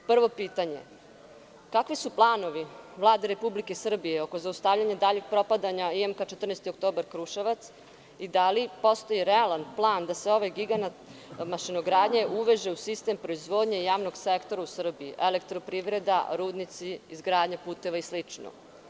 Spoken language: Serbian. Prvo pitanje - kakvi su planovi Vlade Republike Srbije oko zaustavljanja daljeg propadanja IMK „14. oktobar“ Kruševac i dali postoji realan plan da se ovaj gigant mašinogradnje uveže u sistem proizvodnje javnog sektora u Srbiji, Elektroprivreda, rudnici, izgradnja puteva i slično?